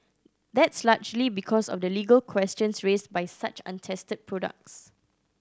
that's largely because of the legal questions raised by such untested products